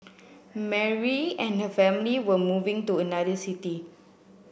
Mary and her family were moving to another city